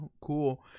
cool